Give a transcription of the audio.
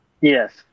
Yes